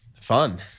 fun